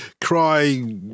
cry